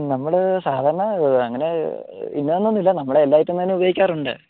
നമ്മൾ സാധാരണ അങ്ങനെ ഇത് എന്നൊന്നും ഇല്ല നമ്മൾ എല്ലാ ഐറ്റം ഉപയോഗിക്കാറുണ്ട്